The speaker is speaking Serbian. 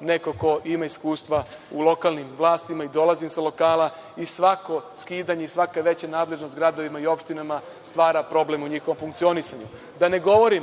neko ko ima iskustva u lokalnim vlastima i dolazim sa lokala i svako skidanje i svaka veća nadležnost u gradovima i opštinama stvara problem u njihovom funkcionisanju. Da ne govorim